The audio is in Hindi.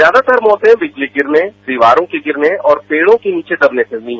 ज्यादातर मौते बिजली गिरने दिवारों के गिरने और पेड़ों के नीचे दबने से हुई